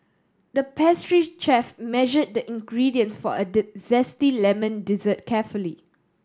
the pastry chef measured the ingredients for a zesty lemon dessert carefully